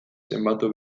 zenbatu